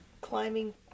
climbing